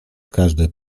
każde